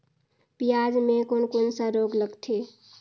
पियाज मे कोन कोन सा रोग लगथे?